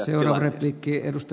herra puhemies